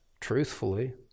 truthfully